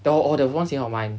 oh there was one senior of mine